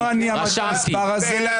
לא אני אמרתי את המספר הזה.